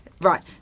right